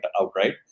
outright